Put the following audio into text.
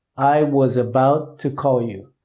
i was about to call you.